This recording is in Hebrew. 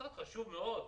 משרד חשוב מאוד,